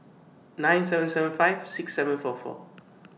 nine seven seven five six seven four four